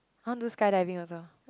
I want do skydiving also